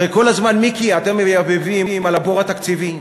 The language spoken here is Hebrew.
הרי כל הזמן, מיקי, אתם מייבבים על הבור התקציבי.